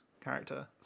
character